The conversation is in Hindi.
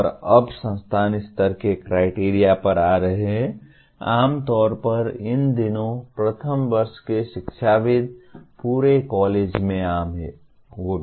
और अब संस्थान स्तर के क्राइटेरिया पर आ रहे हैं आम तौर पर इन दिनों प्रथम वर्ष के शिक्षाविद पूरे कॉलेज में आम हैं